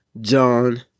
John